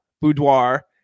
Boudoir